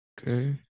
Okay